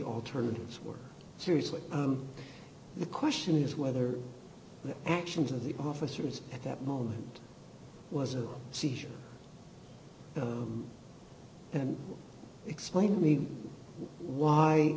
alternatives were seriously the question is whether the actions of the officers at that moment was a seizure the and explain to me why